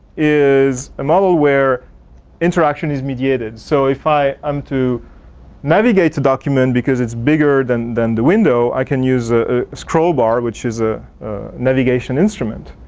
is a model where interaction is mediated. so if i am to navigate a document because it's bigger than than the window, i can use a scroll bar which is a navigation instrument.